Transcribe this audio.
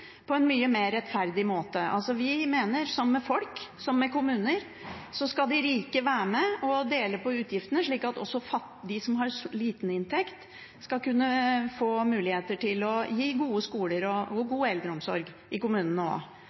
på en mye mer rettferdig måte. Vi mener med kommuner som vi mener med folk, at de rike skal være med på å dele på utgiftene, slik at også de kommunene som har liten inntekt, skal kunne få muligheter til å ha gode skoler og gi god eldreomsorg.